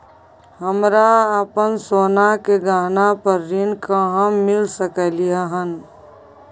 हमरा अपन सोना के गहना पर ऋण कहाॅं मिल सकलय हन?